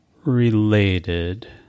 Related